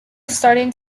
starting